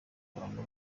abantu